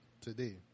today